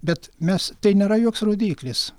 bet mes tai nėra joks rodiklis